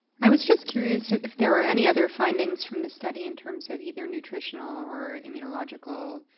i was just curious if there were any other findings from this study in terms of either nutritional or immunological